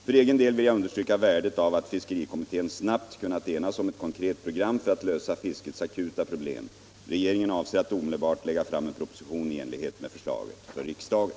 För egen del vill jag understryka värdet av att fiskerikommittén snabbt kunnat enas om ett konkret program för att lösa fiskets akuta problem. Regeringen avser att omedelbart lägga fram en proposition i enlighet med förslaget för riksdagen.